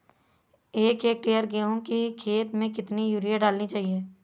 एक हेक्टेयर गेहूँ की खेत में कितनी यूरिया डालनी चाहिए?